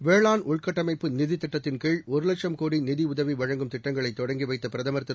வேளாண்உள்கட்டமைப்புநிதித்திட்டத்தின்கீழ் ஒருலட்சம்கோடிநிதிஉதவிவழங்கும்திட்டங்களைதொடங்கிவைத்தபிரதமர்திரு